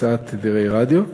הקצאת תדרי רדיו,